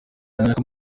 namwe